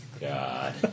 God